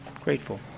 Grateful